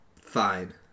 Fine